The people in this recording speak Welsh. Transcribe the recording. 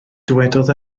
dywedodd